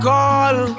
call